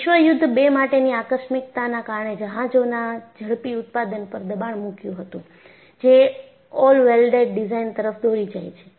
વિશ્વયુદ્ધ 2 માટેની આકસ્મિકતા ના કારણે જહાજોના ઝડપી ઉત્પાદન પર દબાણ મૂક્યું હતું જે ઓલ વેલ્ડેડ ડિઝાઇન તરફ દોરી જાય છે